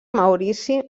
maurici